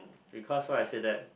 because why I say that